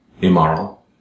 immoral